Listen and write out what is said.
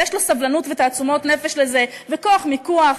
ויש לו סבלנות ותעצומות נפש לזה וכוח מיקוח,